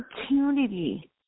opportunity